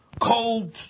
cold